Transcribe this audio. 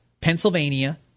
Pennsylvania